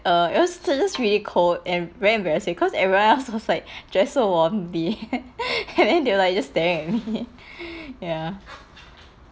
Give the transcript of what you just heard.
err it was just really cold and very embarrassing cause everyone else was like dressed so warm and then they were like just staring at me ya